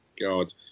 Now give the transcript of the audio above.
God